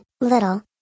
little